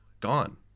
gone